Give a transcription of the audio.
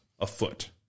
afoot